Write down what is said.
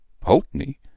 Pulteney